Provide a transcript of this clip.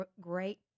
great